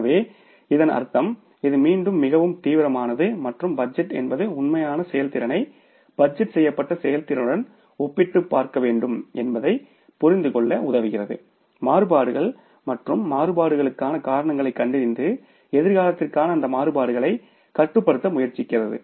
எனவே இதன் அர்த்தம் இது மீண்டும் மிகவும் தீவிரமானது மற்றும் பட்ஜெட் என்பது உண்மையான செயல்திறனை பட்ஜெட் செய்யப்பட்ட செயல்திறனுடன் ஒப்பிட்டுப் பார்க்க வேண்டும் என்பதைப் புரிந்துகொள்ள உதவுகிறது மாறுபாடுகள் மற்றும் மாறுபாடுகளுக்கான காரணங்களைக் கண்டறிந்து எதிர்காலத்திற்கான அந்த மாறுபாடுகளைக் கட்டுப்படுத்த முயற்சிக்கிறது